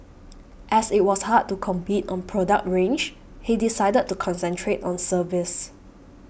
as it was hard to compete on product range he decided to concentrate on service